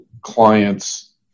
client's